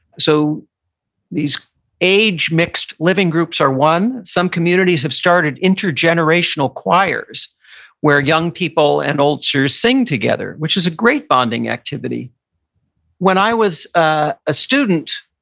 so these age mixed living groups are one. some communities have started intergenerational choirs where young people and oldsters sing together, which is a great bonding activity when i was ah a student,